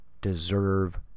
deserve